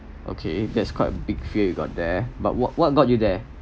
okay that's quite big fear you got there but what what got you there